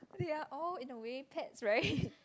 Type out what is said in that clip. they are all in the way pets [right]